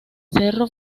cerro